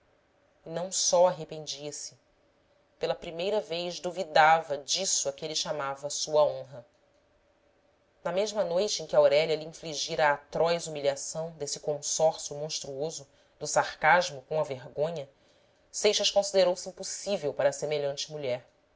não só arrependia-se pela primeira vez duvidava disso a que ele chamava sua honra na mesma noite em que aurélia lhe infligira a atroz humilhação desse consórcio monstruoso do sarcasmo com a vergonha seixas considerou-se impossível para semelhante mulher